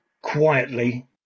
quietly